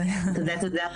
תודה.